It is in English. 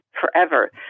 forever